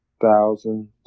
thousand